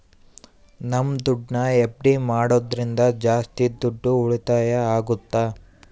ನಮ್ ದುಡ್ಡನ್ನ ಎಫ್.ಡಿ ಮಾಡೋದ್ರಿಂದ ಜಾಸ್ತಿ ದುಡ್ಡು ಉಳಿತಾಯ ಆಗುತ್ತ